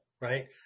right